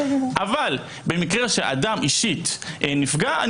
אבל במקרה שאדם אישית נפגע.